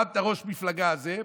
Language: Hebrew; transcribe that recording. פעם את הראש מפלגה הזה,